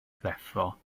ddeffro